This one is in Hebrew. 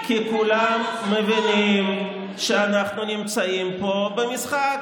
כי כולם מבינים שאנחנו נמצאים פה במשחק.